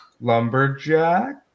Lumberjack